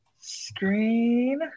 screen